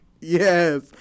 Yes